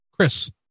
Chris